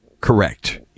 correct